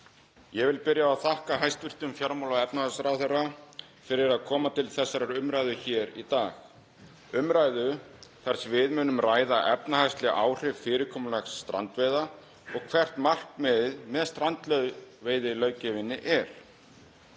Ég vil byrja á að þakka hæstv. fjármála- og efnahagsráðherra fyrir að koma til þessarar umræðu hér í dag, umræðu þar sem við munum ræða efnahagsleg áhrif fyrirkomulags strandveiða og hvert markmiðið með strandveiðiveiðilöggjöfinni er.